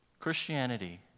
Christianity